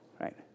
right